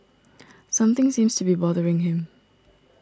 something seems to be bothering him